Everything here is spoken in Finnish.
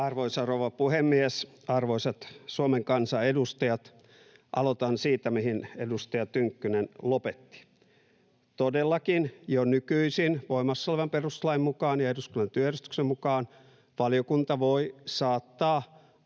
Arvoisa rouva puhemies! Arvoisat Suomen kansan edustajat! Aloitan siitä, mihin edustaja Tynkkynen lopetti. Todellakin jo nykyisin voimassa olevan perustuslain mukaan ja eduskunnan työjärjestyksen mukaan valiokunta voi saattaa